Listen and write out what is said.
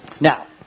Now